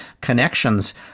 connections